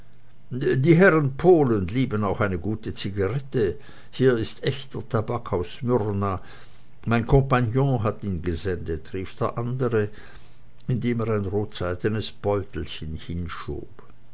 die herren polen lieben auch eine gute zigarette hier ist echter tabak aus smyrna mein kompagnon hat ihn gesendet rief der andere indem er ein rotseidenes beutelchen